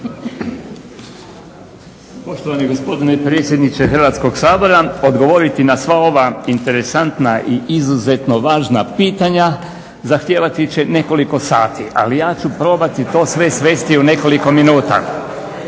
Poštovani gospodine predsjedniče Hrvatskog sabora, odgovoriti na sva ova interesantna i izuzetno važna pitanja zahtijevati će nekoliko sati. Ali ja ću probati to sve svesti u nekoliko minuta.